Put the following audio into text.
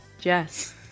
Jess